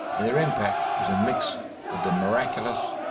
and their impact is a mix of the miraculous,